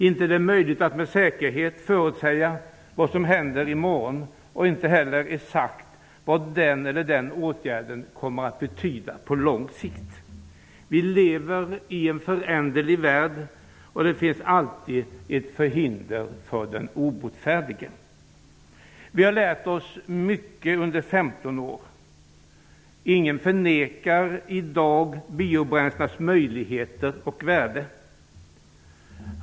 Det är inte möjligt att med säkerhet förutsäga vad som kommer att hända i morgon eller exakt vad den ena eller andra åtgärden kommer att betyda på lång sikt. Vi lever i en föränderlig värld, och det finns alltid ett förhinder för den som är obotfärdig. Vi har lärt oss mycket under 15 år. Ingen förnekar i dag biobränslenas möjligheter och värden.